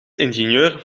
ingenieur